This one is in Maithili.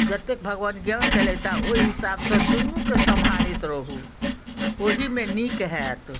जतेक भगवान ज्ञान देलथि ओहि हिसाबसँ दुनूके सम्हारति रहु ओहीमे नीक होयत